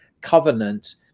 covenant